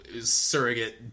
surrogate